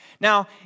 Now